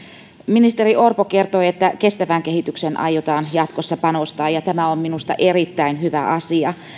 ministeri orpo kertoi että kestävään kehitykseen aiotaan jatkossa panostaa ja ja tämä on minusta erittäin hyvä asia